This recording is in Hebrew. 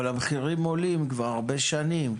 אבל המחירים עולים כבר הרבה שנים.